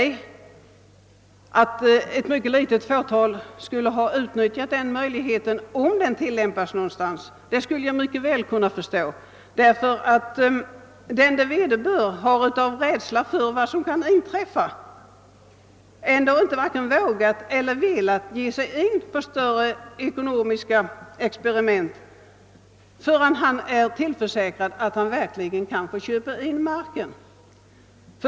Jag kan mycket väl förstå att det endast varit ett mycket litet fåtal som utnyttjat denna möjlighet — om den alls har tillämpats — eftersom den det vederbör av rädsla för vad som kunnat inträffa ändå inte vågat eller velat ge sig in på större ekonomiska experiment förrän han tillförsäkrats rätt att få köpa in marken.